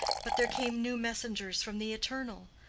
but there came new messengers from the eternal.